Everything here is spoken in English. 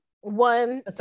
One